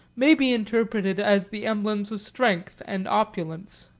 may be interpreted as the emblems of strength and opulence.